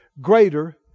greater